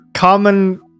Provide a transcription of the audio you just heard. common